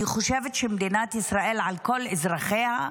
אני חושבת שבמדינת ישראל, על כל אזרחיה,